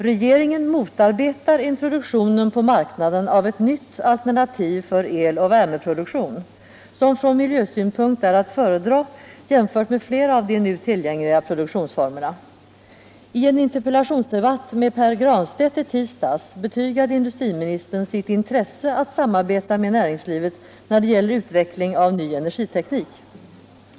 Regeringen motarbetar introduktionen på marknaden av ett nytt alternativ för eloch värmeproduktion som från miljösynpunkt är att föredra jämfört med flera av de nu tillgängliga produktionsformerna. I en interpellationsdebatt med Pär Granstedt i tisdags betygade industriministern sitt intresse att samarbeta med näringslivet när det gäller utveckling av ny energiteknik.